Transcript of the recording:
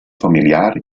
familiar